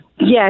Yes